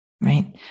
right